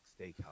Steakhouse